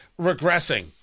regressing